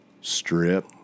Strip